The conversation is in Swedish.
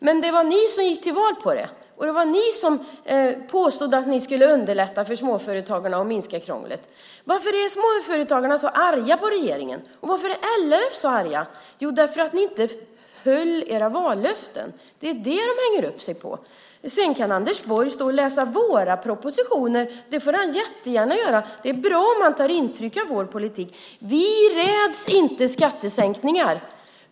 Men det var ni som gick till val på det här. Det var ni som påstod att ni skulle underlätta för småföretagarna och minska krånglet. Varför är småföretagarna så arga på regeringen? Och varför är LRF så arga? Jo, därför att ni inte höll era vallöften. Det är det de hänger upp sig på. Sedan kan Anders Borg stå och läsa våra propositioner; det får han jättegärna göra! Det är bra om han tar intryck av vår politik. Vi räds inte skattesänkningar.